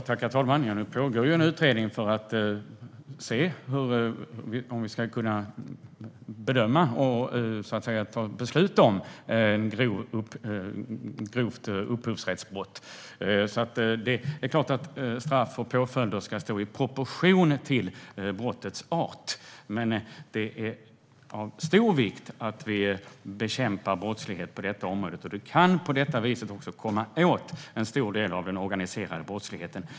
Herr talman! Nu pågår ju en utredning för att vi ska kunna bedöma och fatta beslut om vad som är grovt upphovsrättsbrott. Det är klart att straff och påföljder ska stå i proportion till brottets art, men det är av stor vikt att vi bekämpar brottslighet på detta område. Vi kan på detta vis komma åt en stor del av den organiserade brottsligheten.